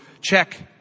check